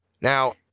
Now